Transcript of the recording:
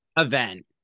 event